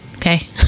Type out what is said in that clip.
Okay